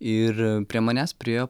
ir prie manęs priėjo